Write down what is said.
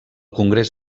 congrés